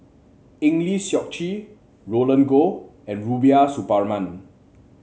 Eng Lee Seok Chee Roland Goh and Rubiah Suparman